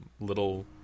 little